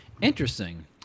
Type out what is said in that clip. Interesting